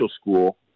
school